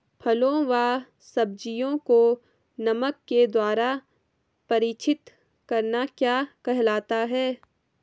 फलों व सब्जियों को नमक के द्वारा परीक्षित करना क्या कहलाता है?